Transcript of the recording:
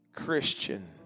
Christian